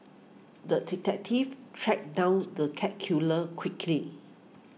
the detective tracked down the cat killer quickly